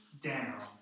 down